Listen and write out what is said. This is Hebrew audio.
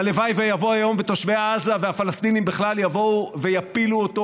שהלוואי שיבוא היום ותושבי עזה והפלסטינים בכלל יבואו ויפילו אותו,